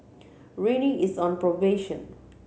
Rene is on promotion